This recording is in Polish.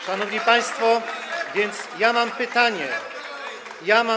Szanowni państwo, więc ja mam pytanie, ja mam.